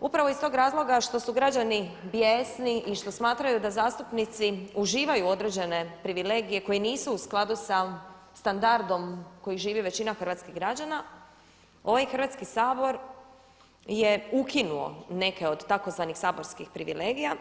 upravo iz tog razloga što su građani bijesni i što smatraju da zastupnici uživaju određene privilegije koje nisu u skladu sa standardom koji živi većina hrvatskih građana, ovaj Hrvatski sabor je ukinuo neke od tzv. saborskih privilegija.